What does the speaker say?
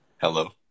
Hello